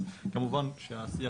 אז כמובן שהשיח